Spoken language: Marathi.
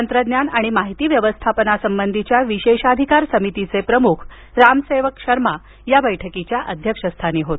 तंत्रज्ञान आणि माहिती व्यवस्थापनासंबंधीच्या विशेषाधिकार समितीचे प्रमुख राम सेवक शर्मा बैठकीच्या अध्यक्षस्थानी होते